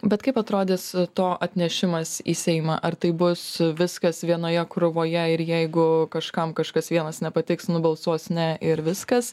bet kaip atrodys to atnešimas į seimą ar tai bus viskas vienoje krūvoje ir jeigu kažkam kažkas vienas nepatiks nubalsuos ne ir viskas